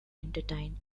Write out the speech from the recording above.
entertain